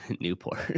Newport